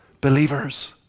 Believers